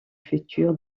futur